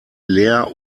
lehr